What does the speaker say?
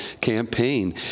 campaign